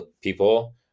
people